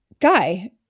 guy